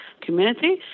community